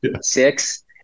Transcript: six